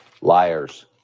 Liars